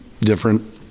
different